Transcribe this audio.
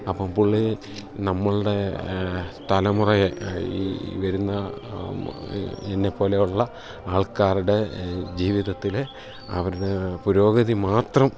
അപ്പം പുള്ളി നമ്മളുടെ തലമുറയെ ഈ വരുന്ന എന്നെ പോലെയുള്ള ആൾക്കാരുടെ ജീവിതത്തിലെ അവരുടെ പുരോഗതി മാത്രം